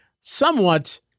somewhat